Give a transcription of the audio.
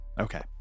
okay